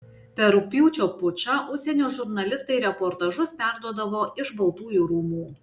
per rugpjūčio pučą užsienio žurnalistai reportažus perduodavo iš baltųjų rūmų